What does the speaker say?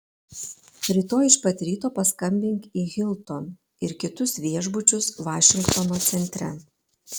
rytoj iš pat ryto paskambink į hilton ir kitus viešbučius vašingtono centre